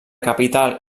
capital